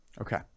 Okay